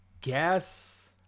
guess